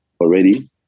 already